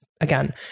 again